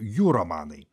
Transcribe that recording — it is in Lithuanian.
jų romanai